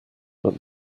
but